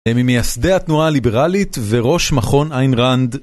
הם ממייסדי התנועה הליברלית וראש מכון איין ראנד.